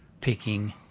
picking